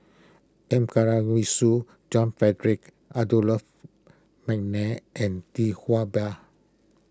John Frederick McNair and Tee Ba